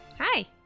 Hi